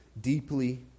deeply